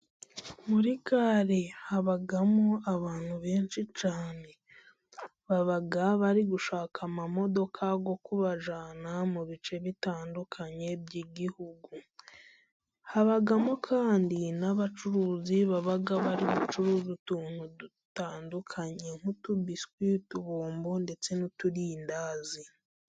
Muri gare habamo abantu benshi cyane, baba bari gushaka imodoka zo kubajyana mu bice bitandukanye by'igihugu. Habamo kandi n'abacuruzi baba bari gucuruza utuntu dutandukanye nk'utubiswi, utubombo ndetse n'uturindazi.